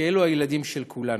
כי אלו הילדים של כולנו.